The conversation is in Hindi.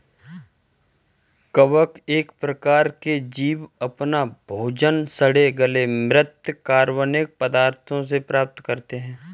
कवक एक प्रकार के जीव अपना भोजन सड़े गले म्रृत कार्बनिक पदार्थों से प्राप्त करते हैं